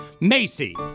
Macy